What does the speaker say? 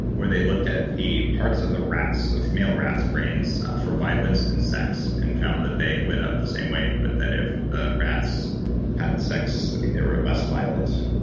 where they looked at the parts of the rats of male rats brains for violence and sex, and found that they lit up the same way but that if the rats had sex i think they were less violent,